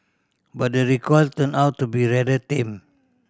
but the recoil turned out to be rather tame